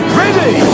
ready